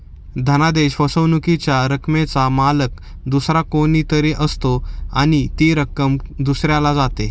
धनादेश फसवणुकीच्या रकमेचा मालक दुसरा कोणी तरी असतो आणि ती रक्कम दुसऱ्याला जाते